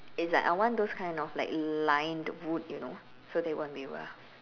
it's like I want those kind of like lined wood you know so that it wouldn't waver